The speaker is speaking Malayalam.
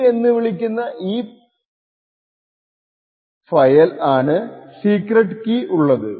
കീ എന്ന് വിളിക്കുന്ന ഈ ഫൈലിൽ ആണ് സീക്രെട്ട് കീ ഉള്ളത്